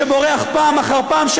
שבורח פעם אחר פעם,